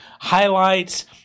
highlights